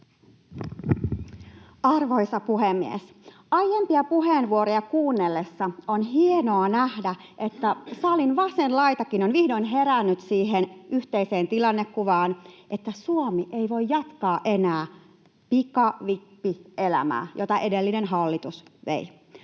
Arvoisa puhemies! Aiempia puheenvuoroja kuunnellessa on hienoa nähdä, että salin vasenkin laita on vihdoin herännyt siihen yhteiseen tilannekuvaan, että Suomi ei voi jatkaa enää pikavippielämää, jota edellinen hallitus vei.